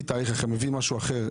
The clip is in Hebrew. מביא משהו אחר,